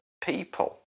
people